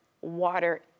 water